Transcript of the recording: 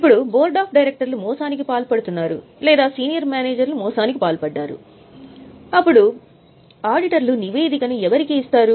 ఇప్పుడు board of డైరెక్టర్లు మోసానికి పాల్పడుతున్నారు లేదా సీనియర్ మేనేజర్లు మోసానికి పాల్పడ్డారు అప్పుడు ఆడిటర్లు నివేదిక ఎవరికి చేస్తారు